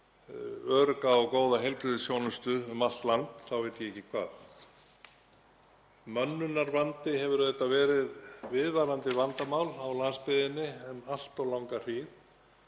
örugga og góða heilbrigðisþjónustu um allt land þá veit ég ekki hvað. Mönnunarvandi hefur auðvitað verið viðvarandi vandamál á landsbyggðinni um allt of langa hríð